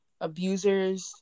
abusers